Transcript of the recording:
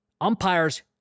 umpires